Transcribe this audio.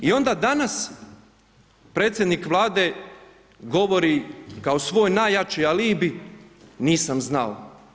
I onda danas predsjednik Vlade govori kao svoj najjači alibi nisam znao.